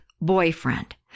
boyfriend